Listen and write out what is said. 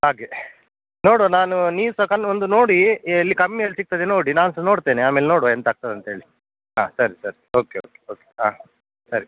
ಹಾಗೆ ನೋಡುವ ನಾನು ನೀವು ಸಹ ಕಣ್ಣು ಒಂದು ನೋಡಿ ಎಲ್ಲಿ ಕಮ್ಮಿಯಲ್ಲಿ ಸಿಗ್ತದೆ ನೋಡಿ ನಾನು ಸ ನೋಡ್ತೇನೆ ಆಮೇಲೆ ನೋಡೋವ ಎಂಥ ಆಗ್ತದೆ ಅಂತ ಹೇಳಿ ಹಾಂ ಸರಿ ಸರಿ ಓಕೆ ಓಕೆ ಓಕೆ ಹಾಂ ಸರಿ